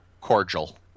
Cordial